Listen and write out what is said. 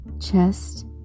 chest